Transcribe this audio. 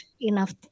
enough